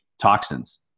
toxins